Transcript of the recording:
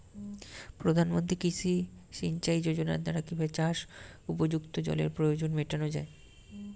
প্রধানমন্ত্রী কৃষি সিঞ্চাই যোজনার দ্বারা কিভাবে চাষ উপযুক্ত জলের প্রয়োজন মেটানো য়ায়?